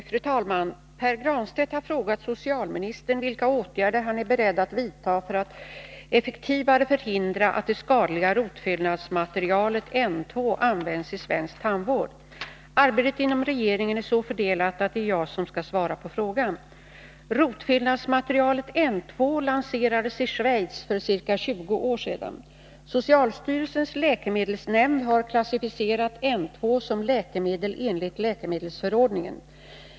Fru talman! Pär Granstedt har frågat socialministern vilka åtgärder han är beredd att vidta för att effektivare förhindra att det skadliga rotfyllnadsmaterialet N-2 används i svensk tandvård. Arbetet inom regeringen är så fördelat att det är jag som skall svara på frågan. Rotfyllnadsmaterialet N-2 lanserades i Schweiz för ca 20 år sedan. Socialstyrelsens läkemedelsnämnd har klassificerat N-2 som läkemedel enligt läkemedelsförordningen.